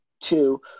Two